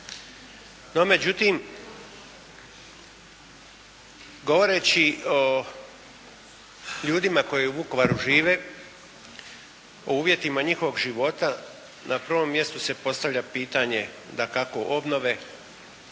No međutim govoreći o ljudima koji u Vukovaru žive, o uvjetima njihovog života na prvom mjestu se postavlja pitanje dakako obnove